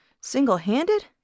Single-handed